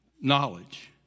knowledge